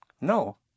No